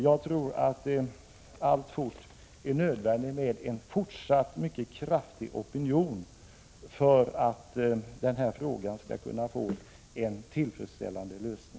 Jag tror att det alltfort är nödvändigt med en fortsatt mycket kraftig opinion för att denna fråga skall kunna få en tillfredsställande lösning.